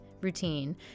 routine